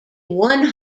one